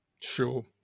Sure